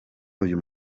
uyu